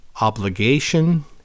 obligation